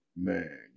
Man